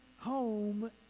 home